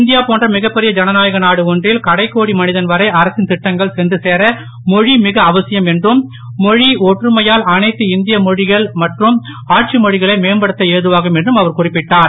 India போன்ற மிகப்பெரிய ஜனநாயக நாடு ஒன்றில் கடைக்கோடி மனிதன் வரை அரசின் திட்டங்கள் சென்று சேர மொழி மிக அவசியம் என்றும் மொழி ஒற்றுமையால் அனைத்து இந்திய மொழிகள் மற்றும் ஆட்சி மொழிகளை மேம்படுத்த ஏதுவாகும் என்றும் அவர் குறிப்பிட்டார்